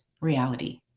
reality